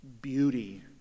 beauty